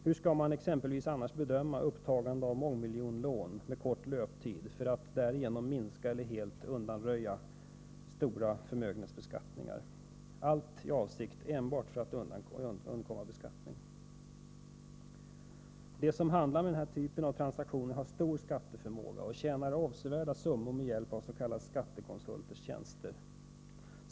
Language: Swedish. Hur skall man exempelvis annars bedöma upptagande av mångmiljonlån med kort löptid för att därigenom minska, eller helt undanröja, stora förmögenhetsbeskattningar, allt i avsikt att enbart undkomma beskattning? De som handlar med denna typ av transaktioner har stor skatteförmåga och tjänar avsevärda summor med hjälp av s.k. skattekonsulters tjänster.